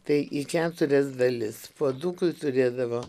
tai į keturias dalis puodukui turėdavo